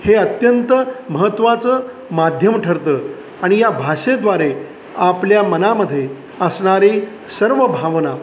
हे अत्यंत महत्त्वाचं माध्यम ठरतं आणि या भाषेद्वारे आपल्या मनामध्ये असणारी सर्व भावना